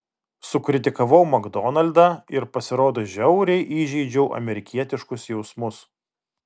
sukritikavau makdonaldą ir pasirodo žiauriai įžeidžiau amerikietiškus jausmus